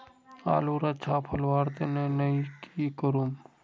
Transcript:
आलूर अच्छा फलवार तने नई की करूम?